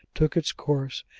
took its course,